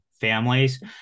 families